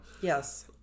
Yes